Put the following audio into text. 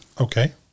Okay